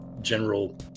general